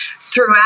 throughout